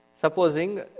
Supposing